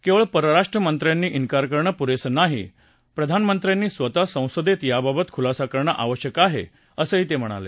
केवळ परराष्ट्र मंत्र्यांनी उंकार करणं पुरेसं नाही प्रधानमंत्र्यांनी स्वतः संसदेत याबाबत खुलासा करणं आवश्यक आहे असं ते म्हणाले